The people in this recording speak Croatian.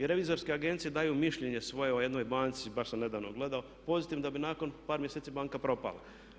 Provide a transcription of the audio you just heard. Revizorske agencije daju mišljenje svoje o jednoj banci, baš sam nedavno gledao, pozitivno da bi nakon par mjeseci banka propala.